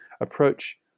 approach